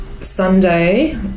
Sunday